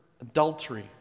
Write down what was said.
adultery